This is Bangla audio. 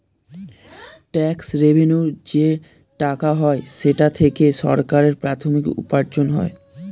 ট্যাক্স রেভেন্যুর যে টাকা হয় সেটা থেকে সরকারের প্রাথমিক উপার্জন হয়